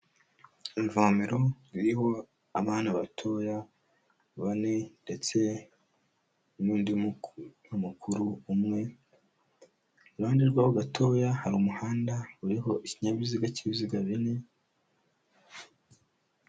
Ivomero ririho abana batoya bane ndetse n'undi mukuru umwe, iruhande rw'abo gatoya hari umuhanda uriho ikinyabiziga cy'ibiziga bine.